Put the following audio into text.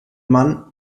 man